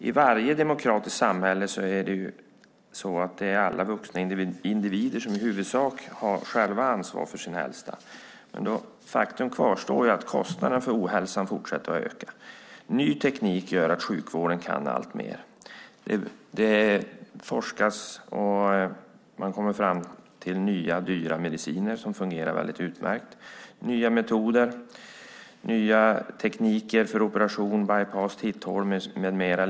I varje demokratiskt samhälle har alla vuxna individer i huvudsak själva ansvar för sin hälsa. Men faktum kvarstår: Kostnaderna för ohälsan fortsätter att öka. Ny teknik gör att man kan göra alltmer inom sjukvården. Det forskas, och man kommer fram till nya dyra mediciner som fungerar utmärkt. Det kommer nya metoder och nya tekniker för operationer, till exempel bypass och titthålsoperationer med mera.